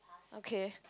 okay